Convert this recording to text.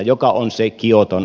joka on se kioton